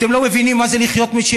אתם לא מבינים מה זה לחיות משאריות,